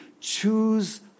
choose